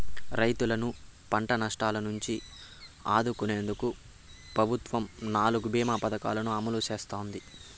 రైతులను పంట నష్టాల నుంచి ఆదుకునేందుకు ప్రభుత్వం నాలుగు భీమ పథకాలను అమలు చేస్తోంది